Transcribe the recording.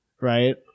right